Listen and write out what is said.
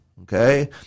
okay